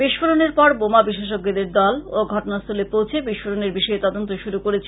বিস্ফোড়নের পর বোমা বিশেষজ্ঞের দল ও ঘটনাস্থলে পৌছে বিস্ফোড়নের বিষয়ে তদন্ত শুরু করেছে